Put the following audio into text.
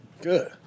Good